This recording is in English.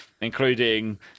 including